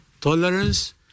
Tolerance